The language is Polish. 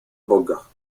boga